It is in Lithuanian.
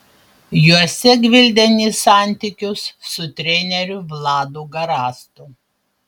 juose gvildeni santykius su treneriu vladu garastu